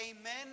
Amen